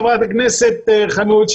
חברת הכנסת חיימוביץ',